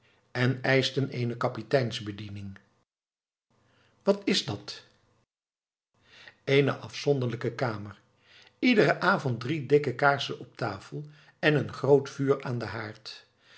en eischten eene kapiteins bediening wat is dat eene afzonderlijke kamer iederen avond drie dikke kaarsen op tafel en een groot vuur aan den haard